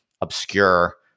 obscure